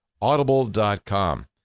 Audible.com